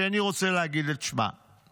שאיני רוצה להגיד את שמה,